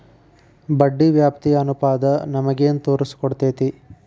ಬಡ್ಡಿ ವ್ಯಾಪ್ತಿ ಅನುಪಾತ ನಮಗೇನ್ ತೊರಸ್ಕೊಡ್ತೇತಿ?